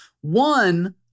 One